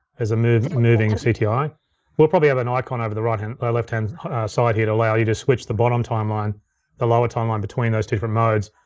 is a moving moving so cti. we'll probably have an icon over the right-hand, or left-hand side here to allow you to switch the bottom timeline the lower timeline between those different modes.